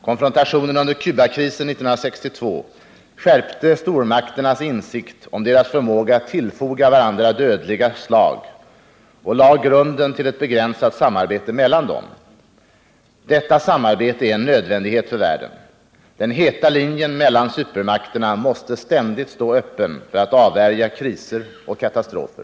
Konfrontationen under Cubakrisen 1962 skärpte stormakternas insikt om sin förmåga att tillfoga varandra dödliga slag och lade grunden till ett begränsat samarbete mellan dem. Detta samarbete är en nödvändighet för världen. Den heta linjen mellan supermakterna måste | ständigt stå öppen för att avvärja kriser och katastrofer.